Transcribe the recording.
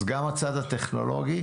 אז גם הצד הטכנולוגי,